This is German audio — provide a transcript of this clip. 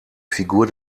figur